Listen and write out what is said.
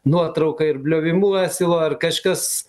nuotrauka ir bliovimu asilo ar kažkas